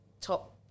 top